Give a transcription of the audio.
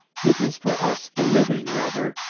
it is for us, the living, rather,